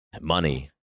money